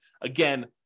Again